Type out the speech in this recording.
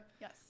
Yes